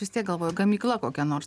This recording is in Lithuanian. vis tiek galvoju gamykla kokia nors